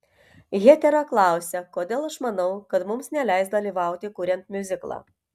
hetera klausia kodėl aš manau kad mums neleis dalyvauti kuriant miuziklą